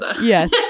yes